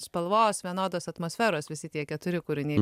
spalvos vienodos atmosferos visi tie keturi kūriniai